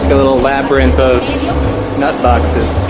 a little labyrinth of nut boxes